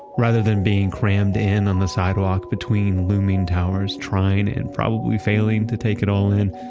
rather than being crammed in on the sidewalk between looming towers, trying, and probably failing, to take it all in.